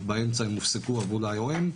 באמצע הם הופסקו והועברו ל- IOM,